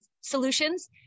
solutions